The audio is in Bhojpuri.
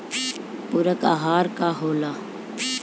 पुरक अहार का होला?